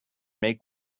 make